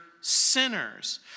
sinners